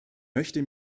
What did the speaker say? möchte